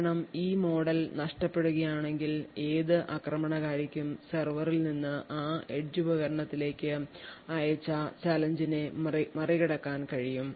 കാരണം ഈ മോഡൽ നഷ്ടപ്പെടുകയാണെങ്കിൽ ഏത് ആക്രമണകാരിക്കും സെർവറിൽ നിന്ന് ആ എഡ്ജ് ഉപകരണത്തിലേക്ക് അയച്ച ചാലഞ്ച് നെ മറികടക്കാൻ കഴിയും